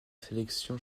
sélection